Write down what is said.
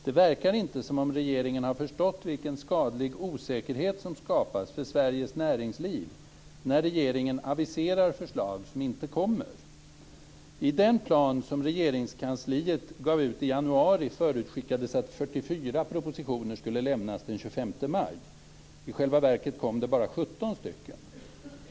Det verkar inte som om regeringen har förstått vilken skadlig osäkerhet som skapas för Sveriges näringsliv när regeringen aviserar förslag som inte kommer. I den plan som Regeringskansliet gav ut i januari förutskickades att 44 propositioner skulle lämnas den 25 maj. I själva verket kom bara 17.